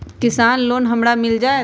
किसान लोन हमरा मिल जायत?